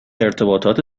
ارتباطات